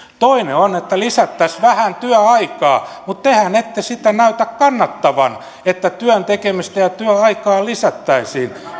toinen on että lisättäisiin vähän työaikaa mutta tehän ette sitä näytä kannattavan että työn tekemistä ja työaikaa lisättäisiin